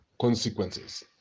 consequences